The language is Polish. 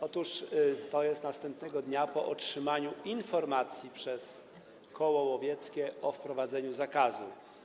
Otóż to jest następnego dnia po otrzymaniu informacji przez koło łowieckie o wprowadzeniu zakazu.